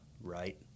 right